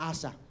Asa